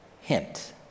hint